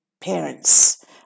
parents